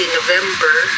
November